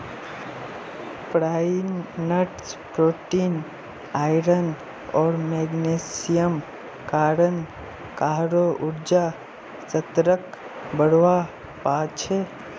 pine nuts protein, iron आर मैग्नीशियमेर कारण काहरो ऊर्जा स्तरक बढ़वा पा छे